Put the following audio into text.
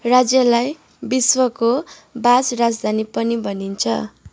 राज्यलाई विश्वको बाज राजधानी पनि भनिन्छ